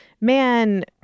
Man